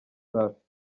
safi